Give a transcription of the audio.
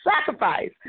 sacrifice